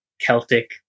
celtic